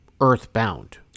earthbound